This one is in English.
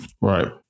Right